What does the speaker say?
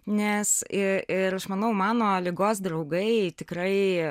nes ir aš manau mano ligos draugai tikrai